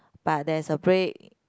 but there is a break